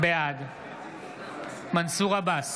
בעד מנסור עבאס,